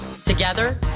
Together